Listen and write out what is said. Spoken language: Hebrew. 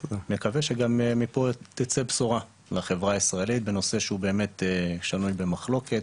נקווה שמפה גם תצא בשורה לחברה הישראלית בנושא שהוא שנוי במחלוקת,